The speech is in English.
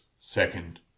second